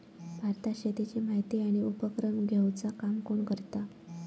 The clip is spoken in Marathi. भारतात शेतीची माहिती आणि उपक्रम घेवचा काम कोण करता?